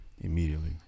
immediately